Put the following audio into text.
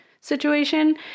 situation